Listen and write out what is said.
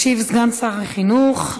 ישיב סגן שר החינוך,